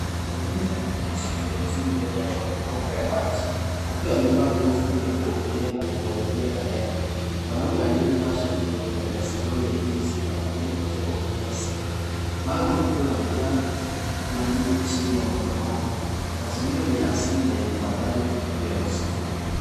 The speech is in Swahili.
Mwanamke ameketi juu jiwe mbele ya maparomoko ya maji. Akiwa amevaa nguo fupi ya kuogelea na kuangalia kamera. Mwanaume alievaa shati jeupe na suruali ya jinzi ana piga picha kwa kutumia simu. Mawe makubwa yamejaa maji chini ya maparomoko. Mazingira ni ya asili na yenye mandhari tulivu ya msituni.